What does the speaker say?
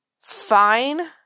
fine